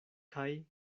kaj